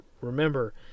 Remember